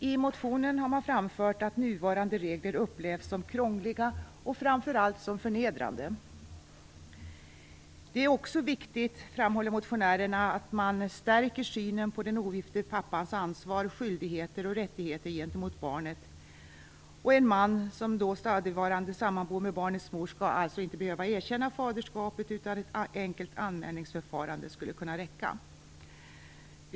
I motionen framförs att nuvarande regler upplevs som krångliga och framför allt som förnedrande. Det är också viktigt att man stärker synen på den ogifte pappans ansvar, skyldigheter och rättigheter gentemot barnet. En man som är stadigvarande sammanboende med barnets mor skall inte behöva erkänna faderskapet. Ett enkelt anmälningsförfarande skulle kunna räcka.